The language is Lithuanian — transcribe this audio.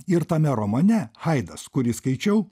ir tame romane haidas kurį skaičiau